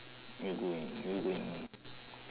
you going you going